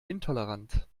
intolerant